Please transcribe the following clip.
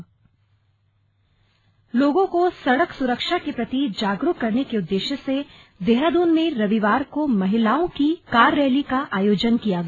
slug rally Dehradun लोगों को सड़क सुरक्षा के प्रति जागरूक करने के उद्देश्य से देहरादून में रविवार को महिलाओं की कार रैली का आयोजन किया गया